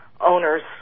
owner's